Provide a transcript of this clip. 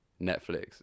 Netflix